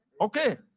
Okay